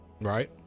right